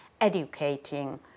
educating